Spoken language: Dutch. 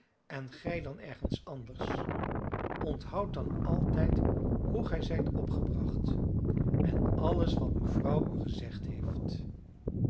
en gij dan ergens anders onthoud dan altijd hoe gij zijt opgebracht en alles wat mevrouw u gezegd heeft